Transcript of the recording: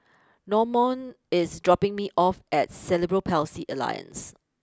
Normand is dropping me off at Cerebral Palsy Alliance